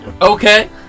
Okay